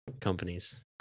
companies